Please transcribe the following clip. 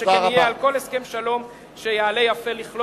שכן יהיה על כל הסכם שלום שיעלה יפה לכלול